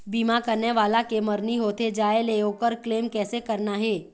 बीमा करने वाला के मरनी होथे जाय ले, ओकर क्लेम कैसे करना हे?